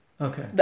Okay